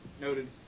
noted